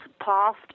past